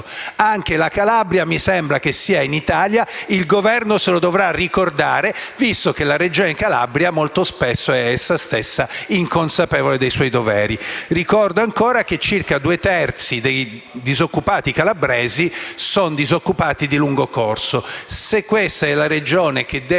anche la Calabria faccia parte dell'Italia e il Governo se ne dovrà ricordare visto che tale Regione è essa stessa molto spesso inconsapevole dei suoi doveri. Ricordo ancora che circa due terzi dei disoccupati calabresi sono disoccupati di lungo corso.